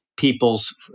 people's